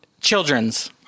Children's